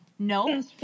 No